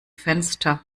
fenster